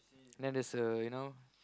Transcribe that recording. then there's a you know